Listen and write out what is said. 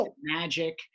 magic